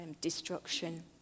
destruction